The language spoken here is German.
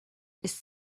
ist